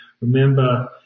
remember